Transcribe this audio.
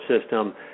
system